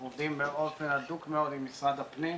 אנחנו עובדים באופן הדוק מאוד עם משרד הפנים.